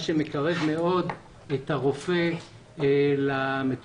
מה שמקרב מאוד את הרופא למטופלים.